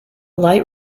light